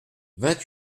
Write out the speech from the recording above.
vingt